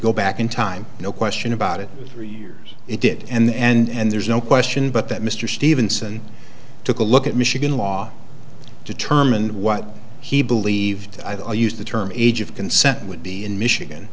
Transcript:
go back in time no question about it for years it did and there's no question but that mr stevenson took a look at michigan law determined what he believed i'll use the term age of consent would be in michigan